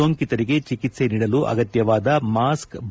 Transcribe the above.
ಸೋಂಕಿತರಿಗೆ ಚಿಕಿತ್ಸೆ ನೀಡಲು ಅಗತ್ಯವಾದ ಮಾಸ್ಕೆ